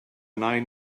nain